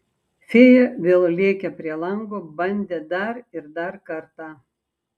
fėja vėl lėkė prie lango bandė dar ir dar kartą